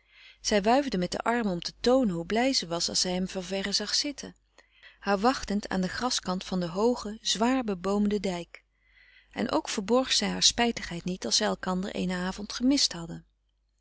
zij wuifde met den arm om te toonen hoe blij ze was als zij hem van verre zag zitten haar wachtend aan den graskant van den hoogen zwaarbeboomden dijk en ook verborg zij haar spijtigheid niet als zij elkander eenen avond gemist hadden